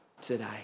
today